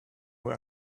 who